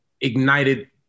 ignited